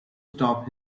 stop